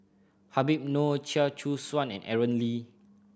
Habib Noh Chia Choo Suan and Aaron Lee